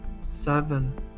Seven